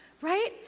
right